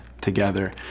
together